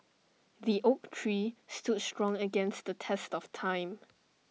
the oak tree stood strong against the test of time